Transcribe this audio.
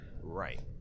Right